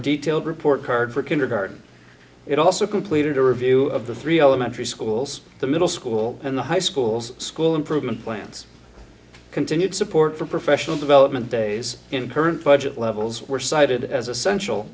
detailed report card for kindergarten it also completed a review of the three elementary schools the middle school and the high schools school improvement plans continued support for professional development days in current budget levels were cited as essential